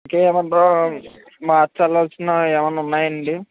టేబుల్లు మార్చవలసిన ఏమన్నా ఉన్నాయా అండి